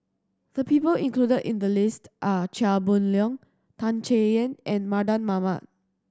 the people included in the list are Chia Boon Leong Tan Chay Yan and Mardan Mamat